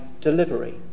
delivery